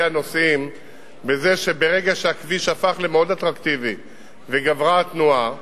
הנוסעים בזה שברגע שהכביש הפך למאוד אטרקטיבי וגברה התנועה,